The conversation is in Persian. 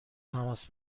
تماس